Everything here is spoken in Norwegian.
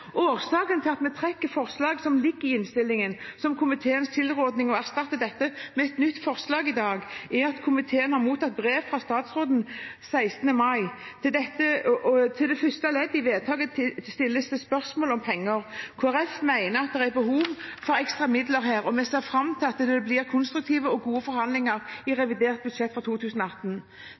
Årsaken til at vi trekker det som er komiteens tilråding i innstillingen, og erstatter dette med et nytt forslag i dag, er at komiteen har mottatt et brev fra statsråden av 16. mai. I den første delen i vedtaket er det spørsmål om penger. Kristelig Folkeparti mener at det er behov for ekstra midler her, og vi ser fram til at det blir konstruktive og gode forhandlinger i revidert budsjett for 2018.